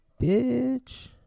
bitch